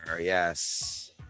Yes